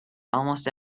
almost